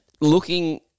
looking